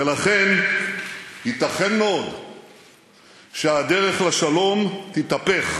ולכן ייתכן מאוד שהדרך לשלום תתהפך